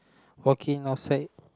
walking outside